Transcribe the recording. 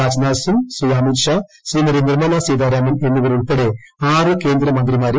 രാജ്നാഥ് സിംഗ് ശ്രീ അമിത് ഷാ ശ്രീമതിട്സിർമ്ലാ സീതാരാമൻ എന്നിവരുൾപ്പെടെ ആറ് കേന്ദ്രമന്ത്രിമാരും